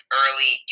early